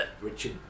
Richard